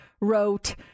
wrote